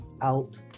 out